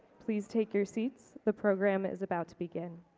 please take your seats. the program is about to begin.